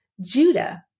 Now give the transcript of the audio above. Judah